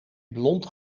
blond